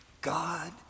God